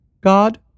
God